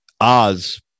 Oz